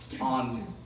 on